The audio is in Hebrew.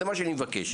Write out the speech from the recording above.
זה מה שאני מבקש.